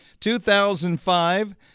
2005